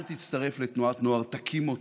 אל תצטרף לתנועת נוער, תקים אותה,